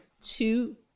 two